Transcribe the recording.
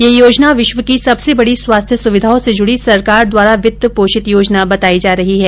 ये योजना विश्व की सबसे बड़ी स्वास्थ्य सुविधाओं से जुड़ी सरकार द्वारा वित्त पोषित योजना बताई जा रही है